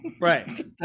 right